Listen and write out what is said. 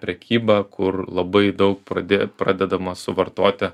prekyba kur labai daug pradė pradedama suvartoti